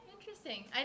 interesting